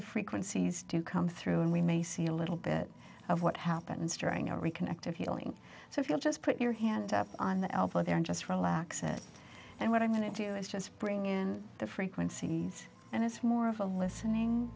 the frequencies do come through and we may see a little bit of what happens during a reconnect of healing so if you'll just put your hand up on the elbow there and just relax and what i'm going to do is just bring in the frequencies and it's more of a listening